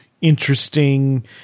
interesting